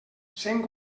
cent